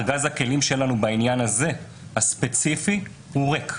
ארגז הכלים שלנו בעניין הזה הספציפי הוא ריק.